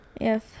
Yes